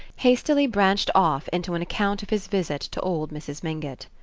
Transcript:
hastily branched off into an account of his visit to old mrs. mingott.